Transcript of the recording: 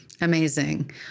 Amazing